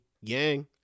Yang